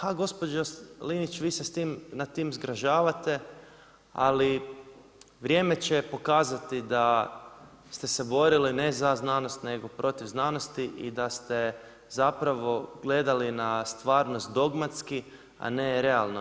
A gospođo Linić, vi se nad tim zgražavate, ali vrijeme će pokazati da ste se borili ne za znanost nego protiv znanosti i da ste zapravo gledali na stvarnost dogmatski, a ne realno.